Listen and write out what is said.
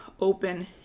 open